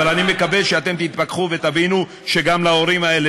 אבל אני מקווה שתתפכחו ותבינו שגם להורים האלה,